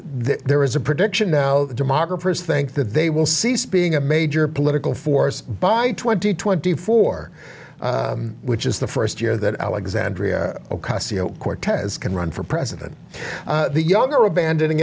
there is a prediction now demographers think that they will cease being a major political force by twenty twenty four which is the first year that alexandria ocasio cortez can run for president the young are abandoning